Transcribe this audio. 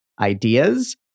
ideas